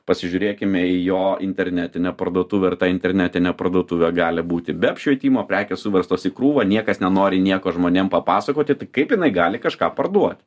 pasižiūrėkime į jo internetinę parduotuvę ar ta internetinė parduotuvė gali būti be apšvietimo prekės suverstos į krūvą niekas nenori nieko žmonėm papasakoti tai kaip jinai gali kažką parduoti